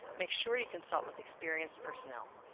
make sure you consult with experienced personnel.